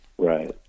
Right